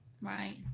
Right